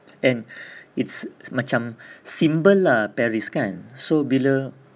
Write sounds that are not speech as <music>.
and <breath> it's macam symbol lah paris kan so bila